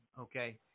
okay